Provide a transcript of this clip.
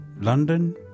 London